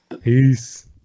peace